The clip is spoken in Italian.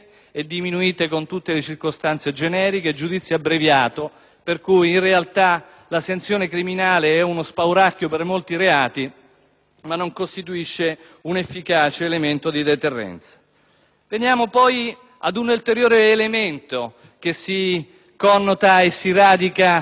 che in realtà la sanzione criminale è uno spauracchio virtuale per molti reati, ma non costituisce un efficace elemento di deterrenza. E veniamo poi ad un ulteriore elemento che si connota e si radica nei princìpi del liberalismo democratico occidentale.